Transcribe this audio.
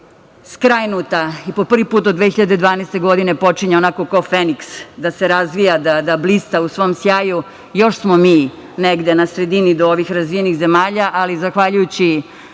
skrajnuta i po prvi put do 2012. godine počinje ona kao feniks da se razvija, da blista u svom sjaju. Još smo mi negde na sredini do ovih razvijenih zemalja ali zahvaljujući